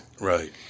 Right